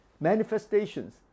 manifestations